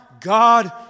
God